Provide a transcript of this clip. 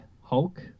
Hulk